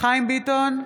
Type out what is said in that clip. חיים ביטון,